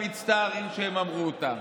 מצטערים שהם אמרו אותן.